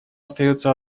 остается